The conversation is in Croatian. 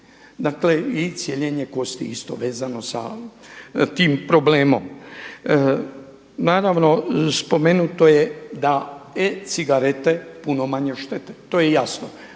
i cijeljenje kosti isto vezano sa tim problemom. Naravno spomenuto je da e-cigarete puno manje štete, to je jasno,